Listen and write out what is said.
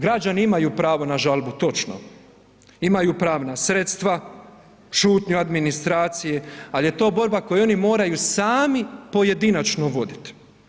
Građani imaju pravo na žalbu, točno, imaju pravna sredstva, šutnju administracije ali je to borba koju oni moraju sami pojedinačno voditi.